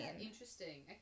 Interesting